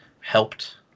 helped